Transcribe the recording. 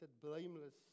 blameless